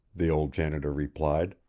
the old janitor replied.